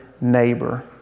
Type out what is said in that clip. neighbor